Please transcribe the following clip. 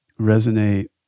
resonate